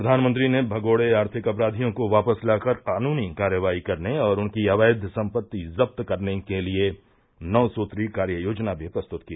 प्रधानमंत्री ने भगोड़े आर्थिक अपराधियों को वापस लाकर कानूनी कार्रवाई करने और उनकी अवैघ संपत्ति जब्त करने के लिए नौ सूत्री कार्ययोजना भी प्रस्तुत की